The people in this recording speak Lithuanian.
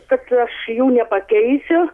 kad aš jų nepakeisiu